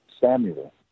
Samuel